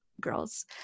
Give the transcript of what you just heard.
girls